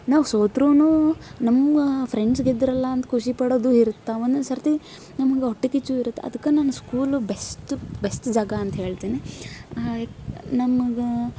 ನಾವು ಸೋತ್ರೂ ನಮ್ಮ ಫ್ರೆಂಡ್ಸ್ ಗೆದ್ದರಲ್ಲ ಅಂತ ಖುಷಿ ಪಡೋದು ಇರುತ್ತೆ ಒಂದೊಂದು ಸರತಿ ನಮ್ಗೆ ಹೊಟ್ಟೆ ಕಿಚ್ಚು ಇರುತ್ತೆ ಅದ್ಕೆ ನಾನು ಸ್ಕೂಲ್ ಬೆಸ್ಟ್ ಬೆಸ್ಟ್ ಜಾಗ ಅಂತ ಹೇಳ್ತೀನಿ ನಮಗೆ